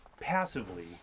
passively